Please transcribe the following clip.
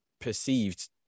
perceived